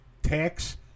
tax